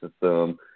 system